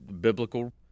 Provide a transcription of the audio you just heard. biblical